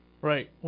Right